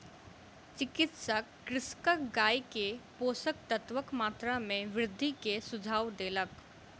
चिकित्सक कृषकक गाय के पोषक तत्वक मात्रा में वृद्धि के सुझाव देलक